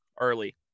early